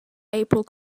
april